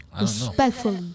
Respectfully